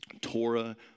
Torah